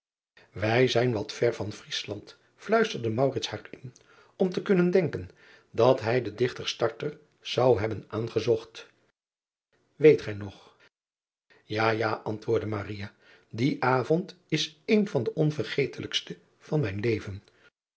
ij zijn wat ver van riesland fluisterde haar in om te kunnen denken dat hij den ichter zou hebben aangezocht eet gij nog ja ja antwoordde die avond is een van de onvergetelijkste van mijn leven